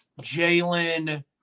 Jalen